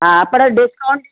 हा पर डिस्काउंट ॾिजो